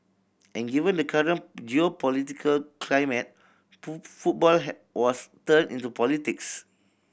and given the current geopolitical climate football was turned into politics